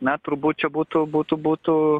na turbūt čia būtų būtų būtų